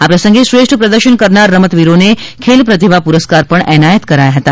આ પ્રસંગે શ્રેષ્ઠ પ્રદર્શન કરનાર રમત વીરોને ખેલ પ્રતિભા પુરસ્કાર પણ એનાયત કરાયા હતા